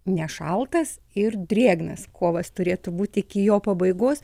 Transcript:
nešaltas ir drėgnas kovas turėtų būti iki jo pabaigos